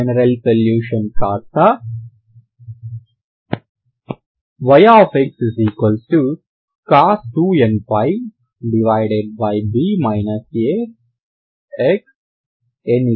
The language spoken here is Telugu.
జెనెరల్ సొల్యూషన్ కాస్తా ⟹yxcos 2nπb a xn1234